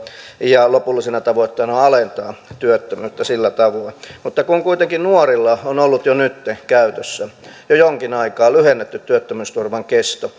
ja lopullisena tavoitteena on alentaa työttömyyttä sillä tavoin mutta kun kuitenkin nuorilla on ollut jo nyt käytössä jo jonkin aikaa lyhennetty työttömyysturvan kesto